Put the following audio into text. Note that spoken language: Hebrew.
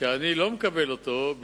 שאני לא מקבל אותו,